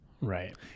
Right